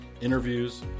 interviews